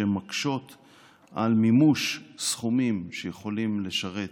שמקשות על מימוש סכומים שיכולים לשרת